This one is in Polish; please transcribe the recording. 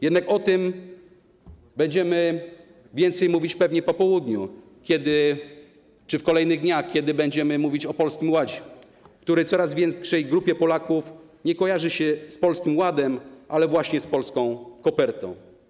Jednak o tym będziemy więcej mówić pewnie po południu czy w kolejnych dniach, kiedy będziemy mówić o Polskim Ładzie, który coraz większej grupie Polaków nie kojarzy się z Polskim Ładem, ale właśnie z polską kopertą.